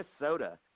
Minnesota